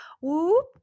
Whoop